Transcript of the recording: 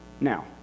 now